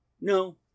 no